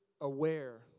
aware